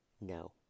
no